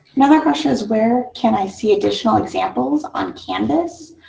another question is, where can i see additional examples on canvas?